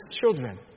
children